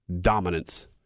dominance